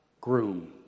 groom